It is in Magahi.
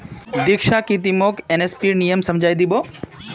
दीक्षा की ती मोक एम.एस.पीर नियम समझइ दी बो